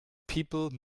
people